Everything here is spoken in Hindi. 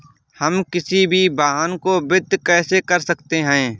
हम किसी भी वाहन को वित्त कैसे कर सकते हैं?